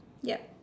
yup